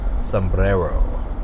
Sombrero